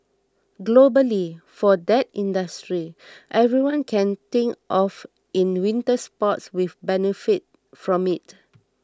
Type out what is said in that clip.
globally for that industry everyone can think of in winter sports will benefit from it